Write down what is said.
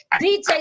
DJ